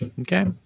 Okay